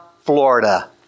Florida